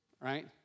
right